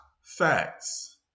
facts